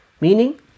Meaning